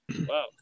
Wow